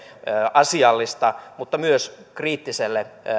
asiallista keskustelua mutta myös kriittiselle